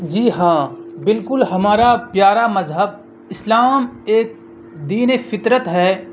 جی ہاں بالکل ہمارا پیارا مذہب اسلام ایک دینِ فطرت ہے